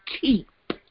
keep